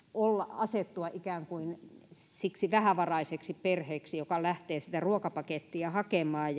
asettua ikään kuin siksi vähävaraiseksi perheeksi joka lähtee sitä ruokapakettia hakemaan